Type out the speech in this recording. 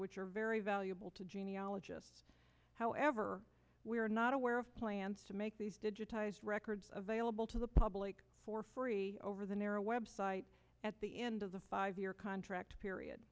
which are very valuable to genealogists however we are not aware of plans to make these digitized records available to the public for free over the narrow web site at the end of the five year contract period